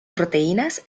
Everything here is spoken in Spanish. proteínas